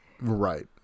right